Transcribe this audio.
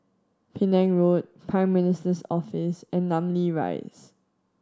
Penang Road Prime Minister's Office and Namly Rise